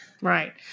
Right